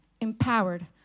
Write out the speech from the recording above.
empowered